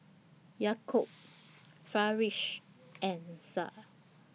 Yaakob Firash and Syah